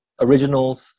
originals